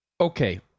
Okay